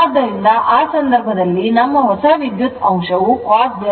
ಆದ್ದರಿಂದ ಆ ಸಂದರ್ಭದಲ್ಲಿ ನಮ್ಮ ಹೊಸ ವಿದ್ಯುತ್ ಅಂಶವು cos delta0